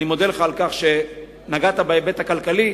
אני מודה לך על כך שנגעת בהיבט הכלכלי,